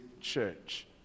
church